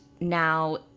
now